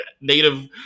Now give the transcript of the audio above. native